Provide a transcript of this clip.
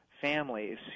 families